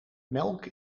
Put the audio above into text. melk